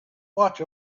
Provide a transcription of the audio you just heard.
watch